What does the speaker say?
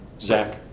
Zach